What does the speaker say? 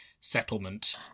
settlement